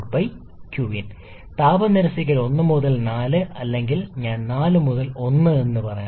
auto സൈക്കിളിനെ സംബന്ധിച്ചിടത്തോളം താപ നിരസിക്കൽ 1 4 അല്ലെങ്കിൽ ഞാൻ 4 1 എന്ന് പറയണം